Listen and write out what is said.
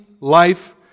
life